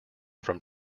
from